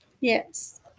Yes